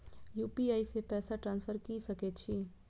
UPI से पैसा transfer की सके छी?